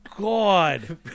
God